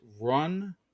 run